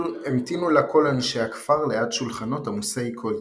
המתינו לה כל אנשי הכפר ליד שולחנות עמוסי כל טוב.